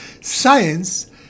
Science